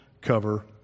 cover